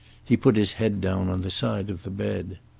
he put his head down on the side of the bed.